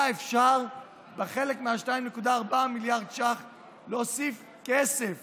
היה אפשר בחלק מה-2.4 מיליארד שקלים להוסיף כסף